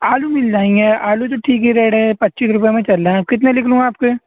آلو مِل جائیں گے آلو تو ٹھیک ہی ریٹ ہے پچیس روپیے میں چل رہے ہیں کتنے لِکھ لوں آپ کے